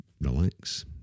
relax